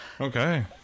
okay